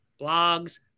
blogs